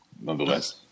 nonetheless